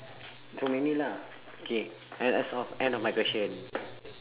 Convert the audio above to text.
so many lah K and that's all end of my question